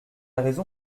raison